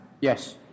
Yes